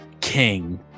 king